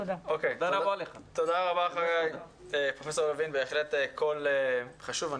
תודה רבה, פרופ' לוין, בהחלט קול חשוב.